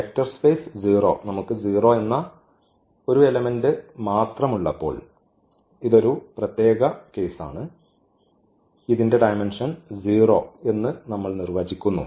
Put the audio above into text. vector space 0 നമുക്ക് 0 എന്ന ഒരു എലമെന്റ് മാത്രമുള്ളപ്പോൾ ഇത് ഒരു പ്രത്യേക കേസാണ് ഇതിൻറെ ഡയമെൻഷൻ 0 എന്ന് നമ്മൾ നിർവചിക്കുന്നു